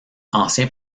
ancien